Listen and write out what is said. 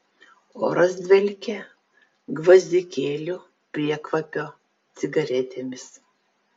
oras dvelkė gvazdikėlių priekvapio cigaretėmis